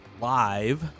live